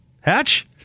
Hatch